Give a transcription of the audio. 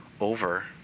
over